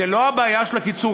זו לא הבעיה של הקיצורים.